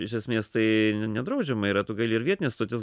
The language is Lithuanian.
iš esmės tai nedraudžiama yra tu gali ir vietines stotis